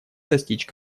достичь